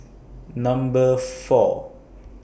Number four